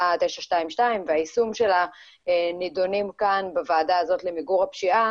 922 והיישום שלה נידונים כאן בוועדה הזאת למיגור הפשיעה,